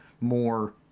more